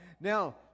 Now